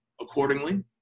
accordingly